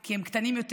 כי הם קטנים יותר.